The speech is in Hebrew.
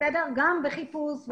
גם בחיפוש,